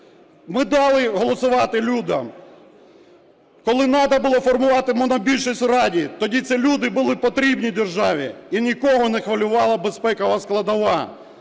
ми дали голосувати людям. Коли потрібно було формувати монобільшість в Раді, тоді ці люди були потрібні державі і нікого не хвилювала безпекова складова.